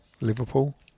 Liverpool